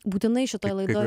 būtinai šitoj laidoje